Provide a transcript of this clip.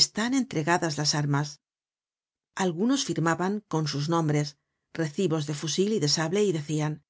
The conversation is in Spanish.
están entregadas las armas algunos firmaban con sus nombres recibos de fusil y de sable y decian